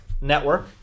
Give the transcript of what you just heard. network